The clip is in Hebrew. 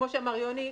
כמו שאמר יוני,